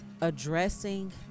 addressing